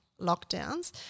lockdowns